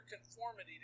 conformity